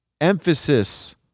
Emphasis